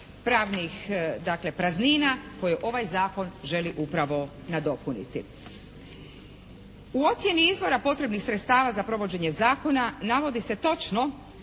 pravnih dakle praznina koje ovaj zakon želi upravo nadopuniti. U ocjeni izvora potrebnih sredstava za provođenje zakona navodi se točno